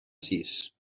sis